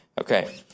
Okay